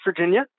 Virginia